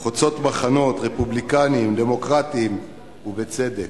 חוצות מחנות, רפובליקנים, דמוקרטים, ובצדק.